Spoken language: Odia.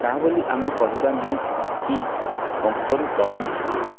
ତା' ବୋଲି ଆମେ କହିବା ନାହିଁ କି ପଙ୍କରୁ ପଦ୍ମ ଫୁଟିଲା